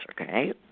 okay